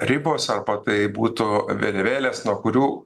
ribos arba tai būtų vėliavėlės na kurių